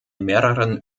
mehreren